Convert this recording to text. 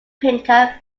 printer